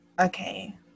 okay